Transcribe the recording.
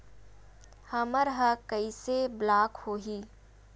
हमर ह कइसे ब्लॉक होही?